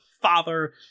father